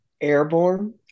airborne